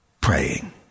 praying